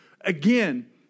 Again